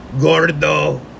Gordo